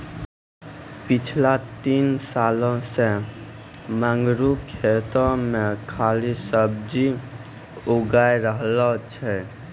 पिछला तीन सालों सॅ मंगरू खेतो मॅ खाली सब्जीए उगाय रहलो छै